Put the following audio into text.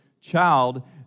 child